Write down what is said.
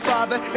Father